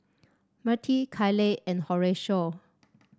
Mirtie Kailey and Horatio